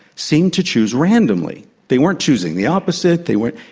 seemed to choose randomly. they weren't choosing the opposite, they weren't.